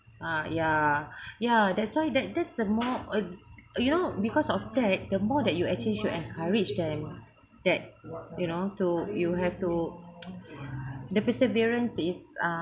uh ya ya that's why that that's the more uh you know because of that the more that you actually should encourage them that you know to you have to the perseverance is uh